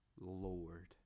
Lord